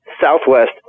Southwest